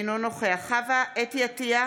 אינו נוכח חוה אתי עטייה,